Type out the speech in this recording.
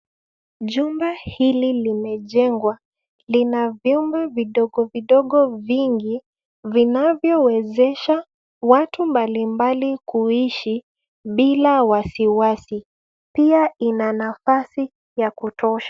Jumba hili limejengwa, lina vyumba vidogo vidogo vingi, vinavyowezesha watu mbalimbali kuishi bila wasiwasi. Pia ina nafasi ya kutosha.